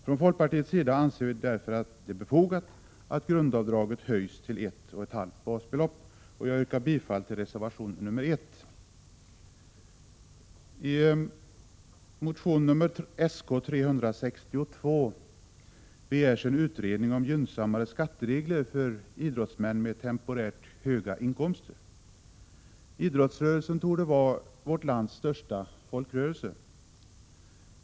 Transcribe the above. Folkpartiet anser det därför vara befogat att grundavdraget höjs till ett belopp motsvarande ett och ett halvt basbelopp. Jag yrkar bifall till reservation nr 1. Idrottsrörelsen torde vara vårt lands största folkrörelse.